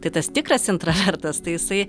tai tas tikras intravertas tai jisai